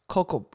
Coco